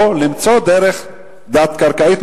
או למצוא דרך תת-קרקעית.